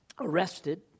arrested